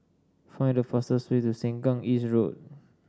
find the fastest way to Sengkang East Road